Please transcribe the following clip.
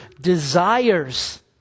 desires